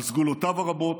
על סגולותיו הרבות,